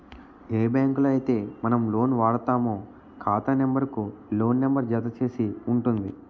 ఏ బ్యాంకులో అయితే మనం లోన్ వాడుతామో ఖాతా నెంబర్ కు లోన్ నెంబర్ జత చేసి ఉంటుంది